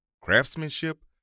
Craftsmanship